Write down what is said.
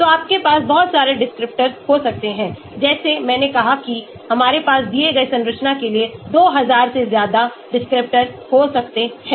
तो आपके पास बहुत सारे descriptors हो सकते हैं जैसे मैंने कहा कि हमारे पास दिए गए संरचना के लिए 2000 descriptors हो सकते हैं